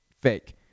fake